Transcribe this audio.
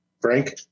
Frank